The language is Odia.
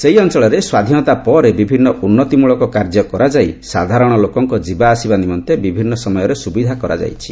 ସେହି ଅଞ୍ଚଳରେ ସ୍ୱାଧୀନତା ପରେ ବିଭିନ୍ନ ଉନ୍ନତିମ୍ବଳକ କାର୍ଯ୍ୟ କରାଯାଇ ସାଧାରଣ ଲୋକଙ୍କ ଯିବା ଆସିବା ନିମନ୍ତେ ବିଭିନ୍ନ ସମୟରେ ସୁବିଧା କରାଯାଇଛି